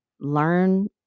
learn